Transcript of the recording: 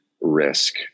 risk